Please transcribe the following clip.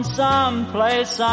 someplace